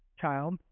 child